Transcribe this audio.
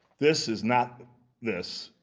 this is not this,